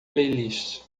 playlist